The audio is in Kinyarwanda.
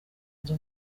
nzu